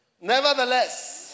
Nevertheless